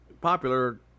popular